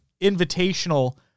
invitational